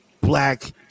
black